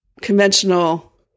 conventional